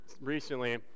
recently